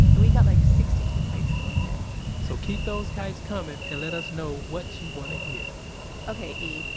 and we got like sixty two kites in one day so keep those kites coming and let us know what you want to hear ok, e,